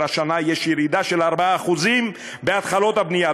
השנה יש ‎ירידה של 4% בהתחלות הבנייה,